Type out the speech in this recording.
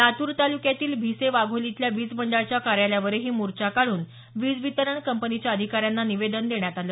लातूर तालुक्यातील भीसे वाघोली इथल्या वीज मंडळाच्या कार्यालयावरही मोर्चा काढून वीज वितरण कंपनीच्या अधिकाऱ्यांना निवेदन देण्यात आलं